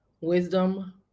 Wisdom